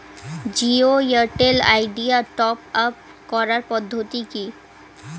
Jio Airtel Idea top up করার পদ্ধতি কি?